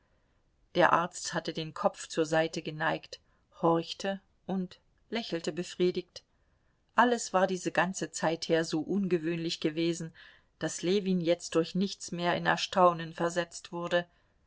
der arzt hatte den kopf zur seite geneigt horchte und lächelte befriedigt alles war diese ganze zeit her so ungewöhnlich gewesen daß ljewin jetzt durch nichts mehr in erstaunen versetzt wurde